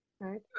right